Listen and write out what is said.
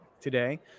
today